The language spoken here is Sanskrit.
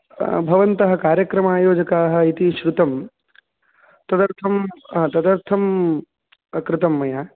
भवन्तः कार्यक्रम आयोजकाः इति श्रुतं तदर्थं तदर्थं कृतं मया